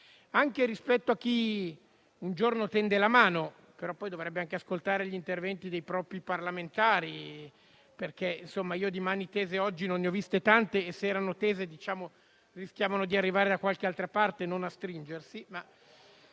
anche rispetto a chi un giorno tende la mano, però poi dovrebbe ascoltare gli interventi dei propri parlamentari, perché io di mani tese oggi non ne ho viste tante e, se erano tese, rischiavano di arrivare da qualche altra parte e non a stringersi.